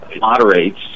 moderates